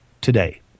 today